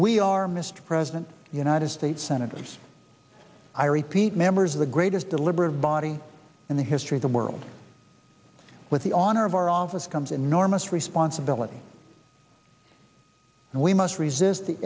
we are mr president the united states senators i repeat members of the greatest deliberative body in the history of the world with the honor of our office comes enormous responsibility and we must resist the